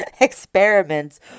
experiments